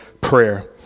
prayer